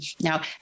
Now